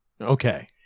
Okay